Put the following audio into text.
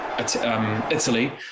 Italy